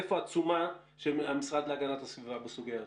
איפה התשומה של המשרד להגנת הסביבה בסוגיה הזאת?